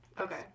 Okay